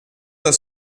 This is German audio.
das